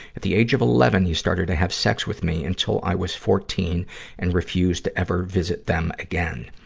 at the age of eleven, he started to have sex with me until i was fourteen and refused to ever visit them again.